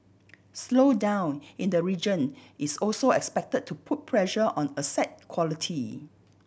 slowdown in the region is also expected to put pressure on asset quality